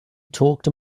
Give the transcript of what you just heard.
talked